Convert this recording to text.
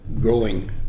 growing